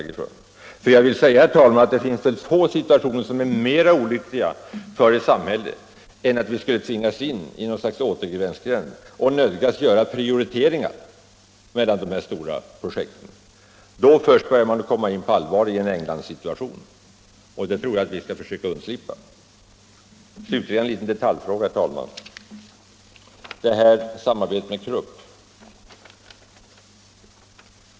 Är industriministern beredd att biträda det kravet? Jag vill säga, herr talman, att få situationer är mera olyckliga för ett samhälle än att tvingas in i en återvändsgränd och nödgas göra prioriteringar mellan sådana stora projekt. Först då börjar man på allvar komma in i en Englandssituation, och det är något som vi bör försöka undslippa. Slutligen en liten detaljfråga, herr talman!